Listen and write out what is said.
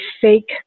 fake